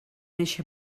eixe